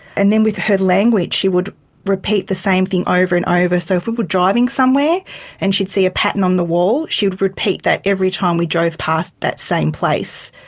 and then with her language she would repeat the same thing over and over. so if we were driving somewhere and she'd see a pattern on the wall she would repeat that every time we drove past that same place.